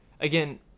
Again